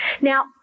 Now